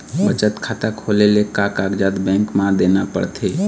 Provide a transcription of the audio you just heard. बचत खाता खोले ले का कागजात बैंक म देना पड़थे?